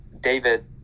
David